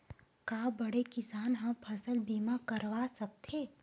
का बड़े किसान ह फसल बीमा करवा सकथे?